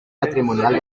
patrimonial